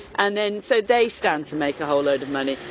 and then so they stand to make a whole load of money.